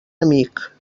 amic